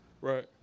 Right